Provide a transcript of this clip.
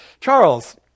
Charles